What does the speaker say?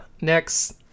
Next